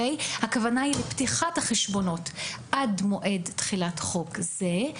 הכוונה היא לפתיחת החשבונות עד מועד תחילת חוק זה,